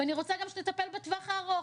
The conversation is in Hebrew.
ואני רוצה גם שנטפל בטווח הארוך.